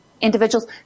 individuals